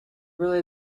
really